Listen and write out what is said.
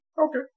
Okay